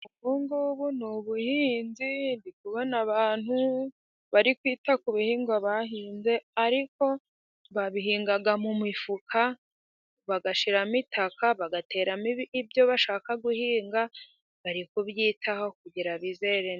Ubungubu ni ubuhinzi. Ndi kubona abantu bari kwita ku bihingwa bahinze, ariko babihinga mu mifuka bagashyiramo itaka, bagatera ibyo bashaka guhinga. Bari kubyitaho kugira ngo bizere.